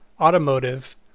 automotive